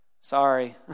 Sorry